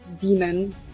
demon